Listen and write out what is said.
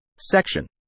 Section